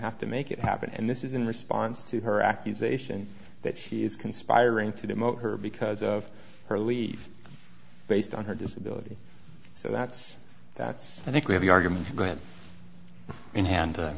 have to make it happen and this is in response to her accusation that she is conspiring to demote her because of her leave based on her disability so that's that's i think where the argument